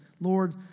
Lord